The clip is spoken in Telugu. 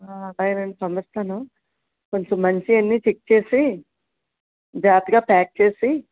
మ్మ్ డైరెక్ట్ పంపిస్తాను కొంచెం మంచివన్నీ చెక్ చేసి జాగ్రత్తగా ప్యాక్ చేసి